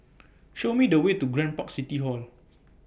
Show Me The Way to Grand Park City Hall